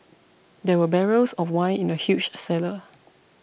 there were barrels of wine in the huge cellar